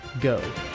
Go